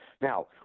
Now